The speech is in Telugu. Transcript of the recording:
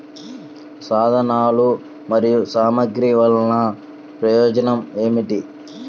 సాధనాలు మరియు సామగ్రి వల్లన ప్రయోజనం ఏమిటీ?